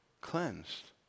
cleansed